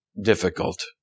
Difficult